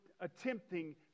attempting